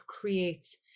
creates